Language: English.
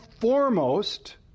foremost